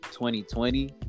2020